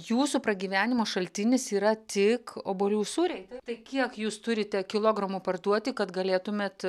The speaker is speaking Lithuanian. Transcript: jūsų pragyvenimo šaltinis yra tik obuolių sūriai tai kiek jūs turite kilogramų parduoti kad galėtumėt